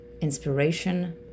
inspiration